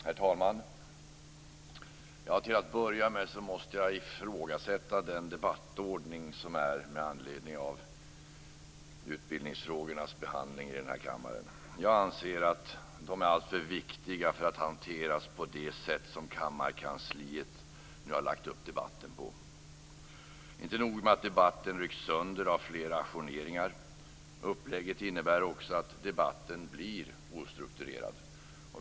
Herr talman! Till att börja med måste jag ifrågasätta debattordningen med anledning av utbildningsfrågornas behandling i kammaren. Jag anser att de är alltför viktiga för att hanteras på det sätt som kammarkansliet nu har lagt upp debatten på. Inte nog med att debatten ryckts sönder av flera ajourneringar, utan upplägget innebär också att debatten blir ostrukturerad.